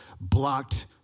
blocked